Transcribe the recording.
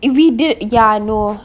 if we did ya I know